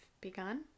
begun